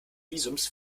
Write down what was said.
visums